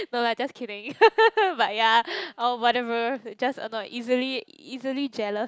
no lah just kidding but ya oh whatever just annoyed easily easily jealous